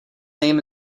name